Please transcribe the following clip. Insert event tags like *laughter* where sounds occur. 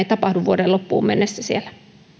*unintelligible* tapahdu vuoden loppuun mennessä siellä